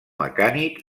mecànic